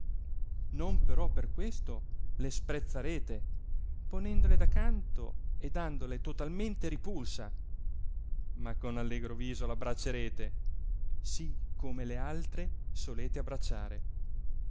non però per questo le sprezzarete ponendole da canto e dandole totalmente ripulsa ma con allegro viso l'abbracciarete sì come le altre solete abbracciare